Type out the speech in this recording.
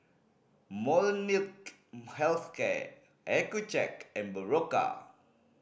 Molnylcke Health Care Accucheck and Berocca